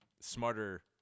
smarter